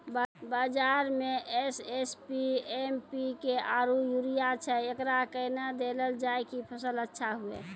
बाजार मे SSP, MPK आरु यूरिया छैय, एकरा कैना देलल जाय कि फसल अच्छा हुये?